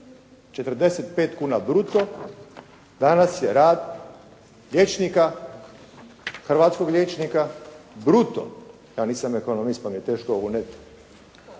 45 kuna bruto. Danas je rad liječnika, hrvatskog liječnika bruto, ja nisam ekonomist pa mi je teško ovo,